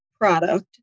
product